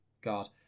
god